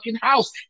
house